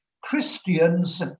Christians